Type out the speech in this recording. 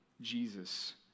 Jesus